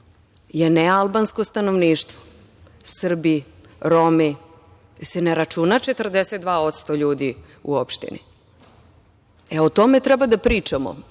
je nealbansko stanovništvo, Srbi, Romi. Jel se ne računa 42% ljudi u opštini? E, o tome treba da pričamo.